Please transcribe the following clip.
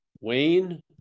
Wayne